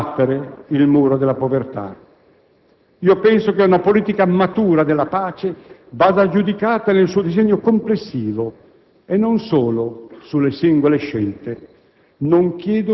di difendere i diritti umani, di abbattere il muro della povertà. Io penso che una politica matura della pace vada giudicata nel suo disegno complessivo